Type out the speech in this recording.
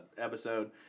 episode